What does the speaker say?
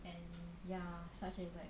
and ya such as like